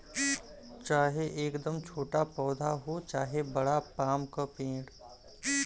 चाहे एकदम छोटा पौधा हो चाहे बड़ा पाम क पेड़